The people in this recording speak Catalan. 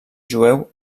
jueu